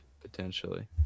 Potentially